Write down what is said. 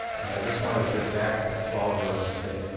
and i just wanted to get back to that twelve year old and say,